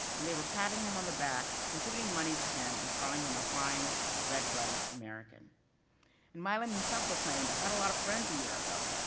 when they were patting him on the back, back, contributing money to him, and calling him a fine red-blooded american. and milam himself proclaimed, i had a lot of friends a year ago,